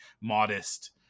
modest